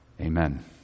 Amen